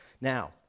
Now